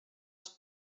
els